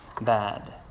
bad